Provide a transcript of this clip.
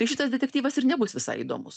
tai šitas detektyvas ir nebus visai įdomus